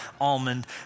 almond